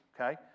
okay